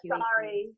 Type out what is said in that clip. sorry